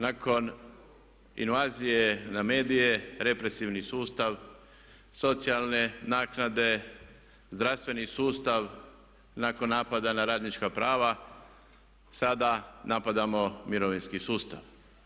Nakon invazije na medije represivni sustav socijalne naknade, zdravstveni sustav, nakon napada na radnička prava sada napadamo mirovinski sustav.